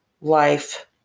life